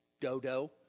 dodo